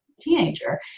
teenager